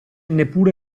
neppure